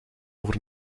over